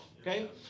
okay